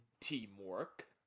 teamwork